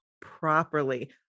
properly